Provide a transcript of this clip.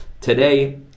today